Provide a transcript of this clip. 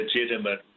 legitimate